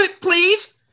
please